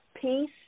peace